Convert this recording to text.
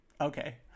Okay